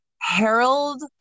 Harold